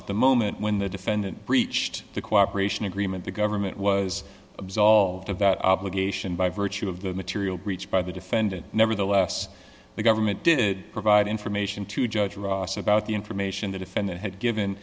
at the moment when the defendant breached the cooperation agreement the government was absolved of that obligation by virtue of the material breach by the defendant nevertheless the government did provide information to judge ross about the information the defendant had given